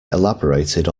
elaborated